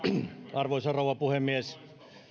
arvoisa rouva puhemies ensin